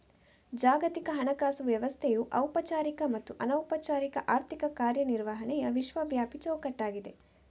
ಜಾಗತಿಕ ಹಣಕಾಸು ವ್ಯವಸ್ಥೆಯು ಔಪಚಾರಿಕ ಮತ್ತು ಅನೌಪಚಾರಿಕ ಆರ್ಥಿಕ ಕಾರ್ಯ ನಿರ್ವಹಣೆಯ ವಿಶ್ವವ್ಯಾಪಿ ಚೌಕಟ್ಟಾಗಿದೆ